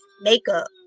makeup